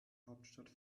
hauptstadt